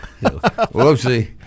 Whoopsie